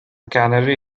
canary